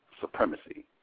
supremacy